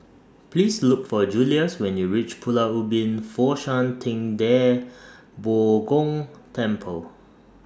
Please Look For Julius when YOU REACH Pulau Ubin Fo Shan Ting DA Bo Gong Temple